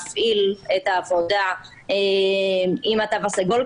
לעבור ולהפעיל את העבודה עם התו הסגול,